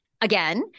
again